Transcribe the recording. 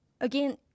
again